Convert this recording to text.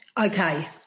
okay